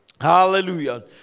Hallelujah